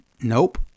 Nope